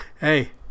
Hey